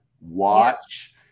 watch